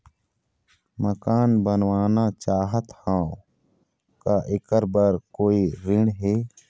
मकान बनवाना चाहत हाव, का ऐकर बर कोई ऋण हे?